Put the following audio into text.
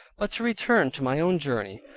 but to return to my own journey,